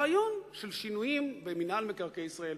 הרעיון של שינויים במינהל מקרקעי ישראל,